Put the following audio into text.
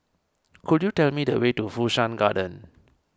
could you tell me the way to Fu Shan Garden